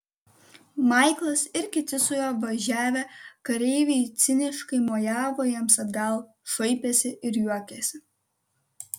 maiklas ir kiti su juo važiavę kareiviai ciniškai mojavo jiems atgal šaipėsi ir juokėsi